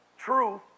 Truth